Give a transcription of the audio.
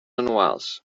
anuals